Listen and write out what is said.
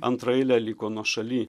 antraeilė liko nuošaly